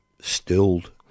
stilled